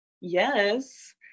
Yes